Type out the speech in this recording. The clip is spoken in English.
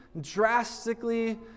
drastically